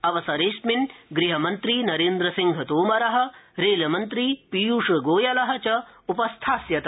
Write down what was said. अवसरेऽस्मिन् कृषिमन्त्री नरेन्द्रसिंह तोमर रेलमन्त्री पीयूषगोयल च उपस्थास्यत